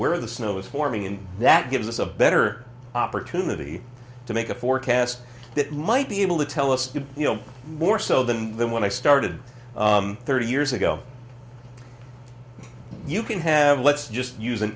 where the snow is for me and that gives us a better opportunity to make a forecast that might be able to tell us you know more so than than when i started thirty years ago you can have let's just use an